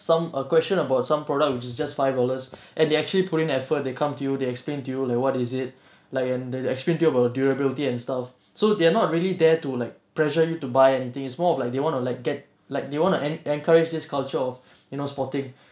some uh question about some product which is just five dollars and they actually put in effort they come to you they explain to you like what is it like and they explain to you about the durability and stuff so they are not really there to like pressure you to buy anything is more of like they want to like get like they want to en~ encourage this culture of you know sporting